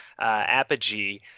apogee